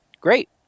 Great